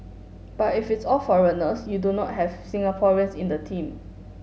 but if it's all foreigners you do not have Singaporeans in the team